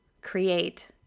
create